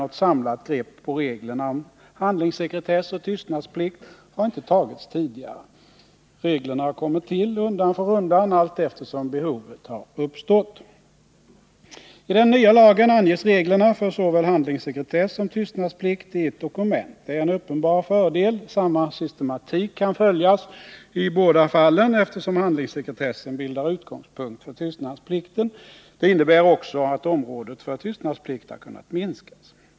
Något samlat grepp på reglerna om handlingssekretess och tystnadsplikt har inte tagits tidigare. Reglerna har kommit till undan för undan allteftersom behovet har uppstått. I den nya lagen anges reglerna för såväl handlingssekretess som tystnadsplikt i ett dokument. Detta är en uppenbar fördel. Samma systematik kan följas i båda fallen, eftersom handlingssekretessen bildar utgångspunkt för tystnadsplikten. Det innebär också att området för tystnadsplikt har kunnat minskas.